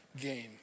game